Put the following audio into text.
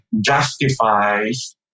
Justifies